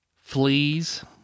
Fleas